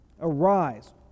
Arise